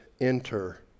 enter